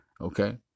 Okay